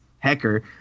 Hecker